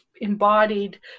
embodied